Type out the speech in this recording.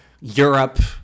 Europe